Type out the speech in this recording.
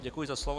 Děkuji za slovo.